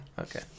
okay